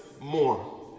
more